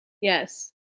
Yes